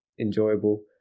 enjoyable